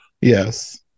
Yes